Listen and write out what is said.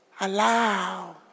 allow